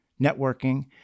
networking